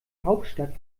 hauptstadt